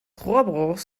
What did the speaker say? rohrbruchs